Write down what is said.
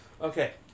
Okay